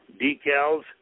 decals